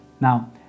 Now